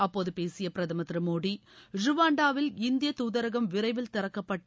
அப்போது பேசிய பிரதமர் திரு மோடி ருவாண்டாவில் இந்திய தூதரகம் விரைவில் திறக்கப்பட்டு